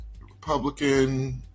Republican